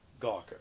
Gawker